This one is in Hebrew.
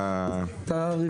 רוויזיה.